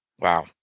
Wow